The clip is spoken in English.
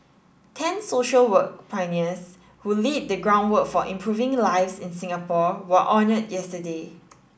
ten social work pioneers who laid the groundwork for improving lives in Singapore were honoured yesterday